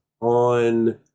on